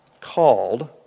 called